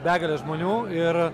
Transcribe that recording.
begalė žmonių ir